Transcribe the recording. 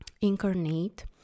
incarnate